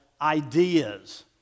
ideas